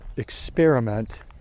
experiment